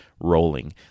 rolling